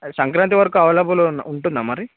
అది సంక్రాంతి వరకు అవైలబుల్ ఉం ఉంటుందా మరి